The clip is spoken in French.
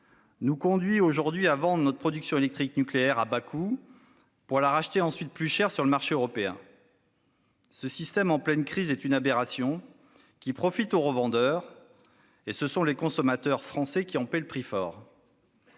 nous conduit aujourd'hui à vendre notre production électrique nucléaire à bas coût pour la racheter ensuite plus cher sur le marché européen. Ce système en pleine crise est une aberration qui profite aux revendeurs : ce sont les consommateurs français qui en payent le prix fort